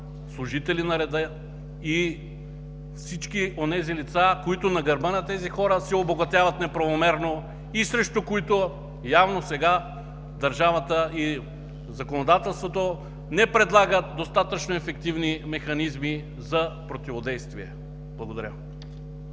служители на реда и всички онези лица, които на гърба на тези хора се обогатяват неправомерно и срещу които явно сега държавата и законодателството не предлагат достатъчно ефективни механизми за противодействие. Благодаря.